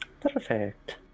Perfect